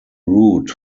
root